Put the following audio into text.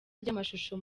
ry’amashusho